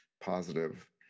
positive